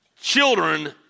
children